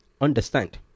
understand